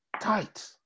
tight